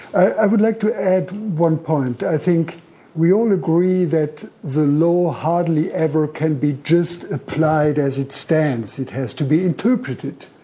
i would like to add one point. i think we all agree that the law hardly ever can be just applied as it stands, it has to be interpreted.